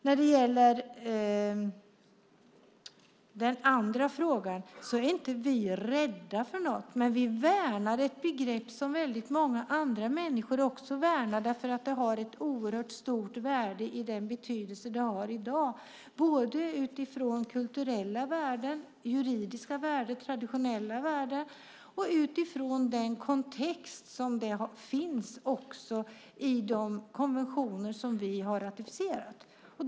Vi är inte rädda för något, men vi värnar ett begrepp som väldigt många andra människor också värnar därför att det har ett oerhört stort värde i den betydelse det har i dag. Det har ett kulturellt värde, ett juridiskt värde, ett traditionellt värde och ett värde utifrån den kontext som också finns i de konventioner som vi har ratificerat.